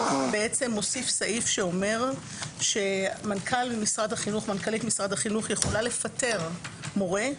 ומוסיף סעיף שאומר שמנכ"לית משרד החינוך יכולה לפטר מורה,